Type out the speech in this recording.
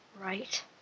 Right